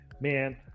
man